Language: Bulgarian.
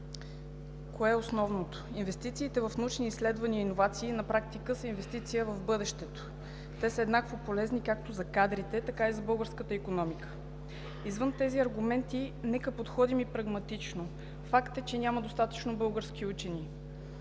Кое е основното? Инвестициите в научни изследвания и иновации на практика са инвестиция в бъдещето. Те са еднакво полезни както за кадрите, така и за българската икономика. Извън тези аргументи, нека подходим и прагматично. Факт е, че няма достатъчно български учени.